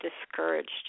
discouraged